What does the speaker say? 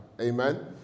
Amen